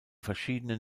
verschiedenen